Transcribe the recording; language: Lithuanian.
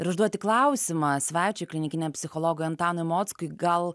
ir užduoti klausimą svečiui klinikiniam psichologui antanui mockui gal